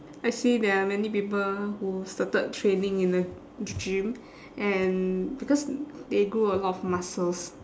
I see there are many people who started training in the g~ gym and because they grew a lot of muscles